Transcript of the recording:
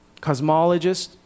cosmologist